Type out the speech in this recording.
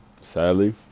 sadly